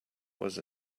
was